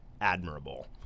admirable